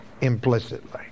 implicitly